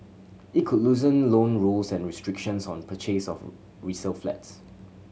it could loosen loan rules and restrictions on purchase of resale flats